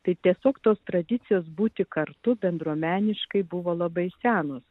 tai tiesiog tos tradicijos būti kartu bendruomeniškai buvo labai senos